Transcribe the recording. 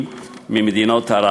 לקריאה ראשונה.